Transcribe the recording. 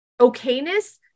okayness